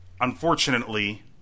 unfortunately